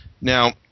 Now